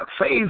faith